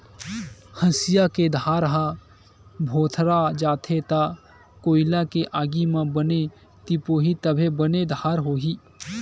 हँसिया के धार ह भोथरा जाथे त कोइला के आगी म बने तिपोही तभे बने धार होही